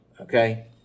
Okay